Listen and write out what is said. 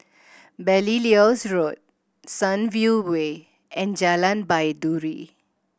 Belilios Road Sunview Way and Jalan Baiduri